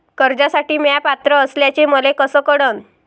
कर्जसाठी म्या पात्र असल्याचे मले कस कळन?